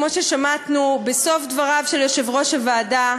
כמו ששמענו בסוף דבריו של יושב-ראש הוועדה,